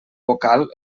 vocal